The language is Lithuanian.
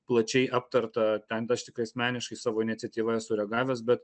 plačiai aptarta ten aš tiktai asmeniškai savo iniciatyva esu reagavęs bet